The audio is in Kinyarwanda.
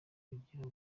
kugira